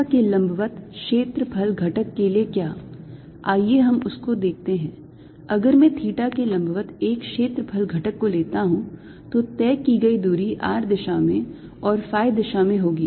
theta के लंबवत क्षेत्रफल घटक के लिए क्या आइए हम उसको देखते हैं अगर मैं थीटा के लंबवत एक क्षेत्रफल घटक लेता हूं तो तय की गई दूरी r दिशा में और phi दिशा में होगी